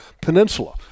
Peninsula